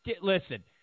listen